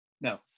No